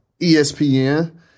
ESPN